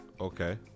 Okay